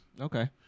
Okay